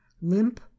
limp